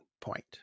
point